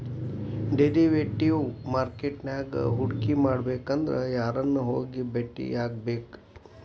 Derivative market ನ್ಯಾಗ್ ಹೂಡ್ಕಿಮಾಡ್ಬೆಕಂದ್ರ ಯಾರನ್ನ ಹೊಗಿ ಬೆಟ್ಟಿಯಾಗ್ಬೇಕ್?